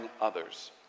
others